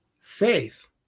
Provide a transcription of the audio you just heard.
Faith